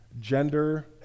gender